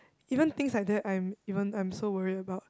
even things like that I'm even I'm so worried about